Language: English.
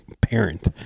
parent